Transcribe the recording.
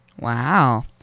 wow